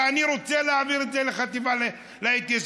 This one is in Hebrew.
ואני רוצה להעביר את זה לחטיבה להתיישבות.